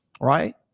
Right